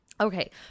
Okay